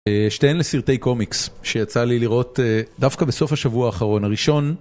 שתיהן לסרטי קומיקס שיצא לי לראות דווקא בסוף השבוע האחרון. הראשון.